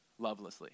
lovelessly